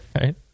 Right